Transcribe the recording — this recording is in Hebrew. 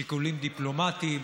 שיקולים דיפלומטיים,